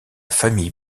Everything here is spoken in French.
famille